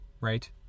right